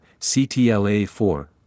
CTLA-4